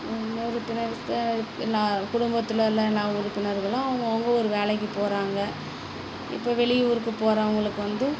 நான் குடும்பத்தில் உள்ளனா உறுப்பினர்களும் அவங்கவுங்க ஒரு வேலைக்குப் போகிறாங்க இப்போ வெளியூர்க்குப் போறாவுங்களுக்கு வந்து